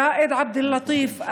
ראיד עבד אל לטיף,